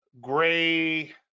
Gray